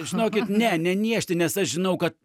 žinokit ne neniežti nes aš žinau kad